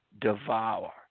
devour